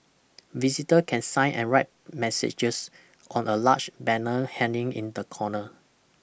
visitor can sign and write messages on a large banner hanging in the corner